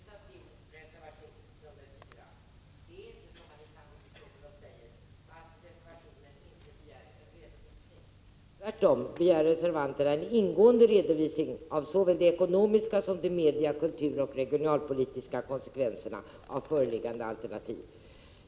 Herr talman! Jag vill gärna hänvisa till reservation nr 4. Det är inte sant, som Alexander Chrisopoulos sade, att vi i reservationen inte begär någon redovisning. Tvärtom begär reservanterna en ingående redovisning av såväl de ekonomiska som de medie-, kulturoch regionalpolitiska konsekvenserna av föreliggande alternativ.